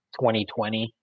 2020